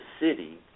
city